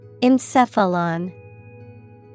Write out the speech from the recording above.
Encephalon